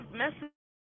message